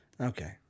Okay